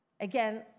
Again